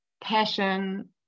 passion